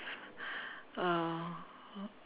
uh